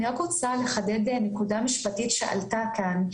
אני רק רוצה לחדד נקודה משפטית שעלתה כאן,